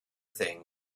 things